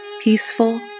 peaceful